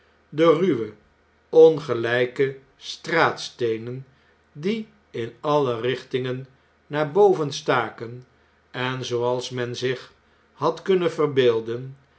de ruwe ongelpe straatsteenen die in alle richtingen naar boven staken en zooals men zich had kunnen verbeelden